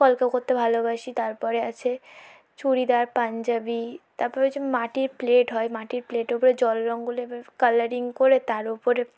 কলকা করতে ভালোবাসি তারপরে আছে চুড়িদার পাঞ্জাবি তারপরে হচ্ছে মাটির প্লেট হয় মাটির প্লেটের উপরে জল রঙ গুলে এবার কালারিং করে তার ওপরে